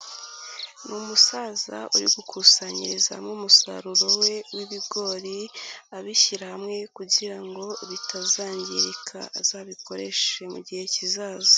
Ni umusaza uri gukusanyirizamo umusaruro we w'ibigori, abishyira hamwe kugira ngo bitazangirika, azabikoreshe mu gihe kizaza.